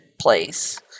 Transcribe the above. place